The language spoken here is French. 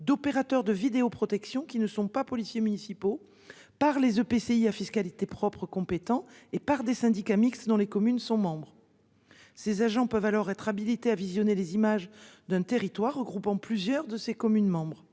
d'opérateurs de vidéoprotection qui ne sont pas policiers municipaux par les EPCI à fiscalité propre compétent et par des syndicats mixtes dans les communes sont membres. Ces agents peuvent alors être habilitées à visionner les images d'un territoire regroupant plusieurs de ses communes membres.